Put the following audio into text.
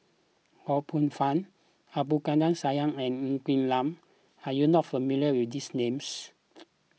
Ho Poh Fun Abdul Kadir Syed and Ng Quee Lam are you not familiar with these names